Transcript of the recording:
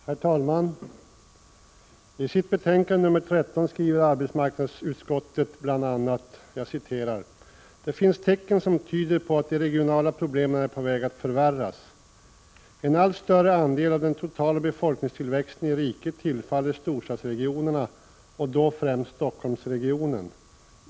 Herr talman! I sitt betänkande nr 13 skriver arbetsmarknadsutskottet bl.a.: ”Det finns tecken som tyder på att de regionala problemen är på väg att förvärras. En allt större andel av den totala befolkningstillväxten i riket tillfaller storstadsregionerna, och då främst Stockholmsregionen.